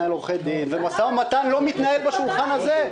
משא ומתן לא מתנהל בשולחן הזה.